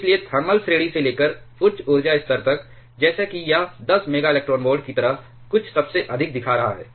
इसलिए थर्मल श्रेणी से लेकर उच्च ऊर्जा स्तर तक जैसे कि यह 10 MeV की तरह कुछ सबसे अधिक दिखा रहा है